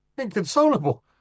Inconsolable